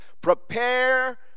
Prepare